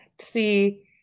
See